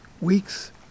Weeks